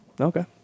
Okay